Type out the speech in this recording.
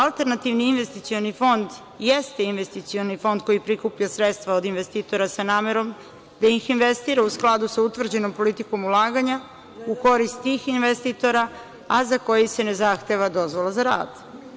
Alternativni investicioni fond jeste investicioni fond koji prikuplja sredstva od investitora sa namerom da ih investira u skladu sa utvrđenom politikom ulaganja u korist tih investitora, a za koje se ne zahteva dozvola za rad.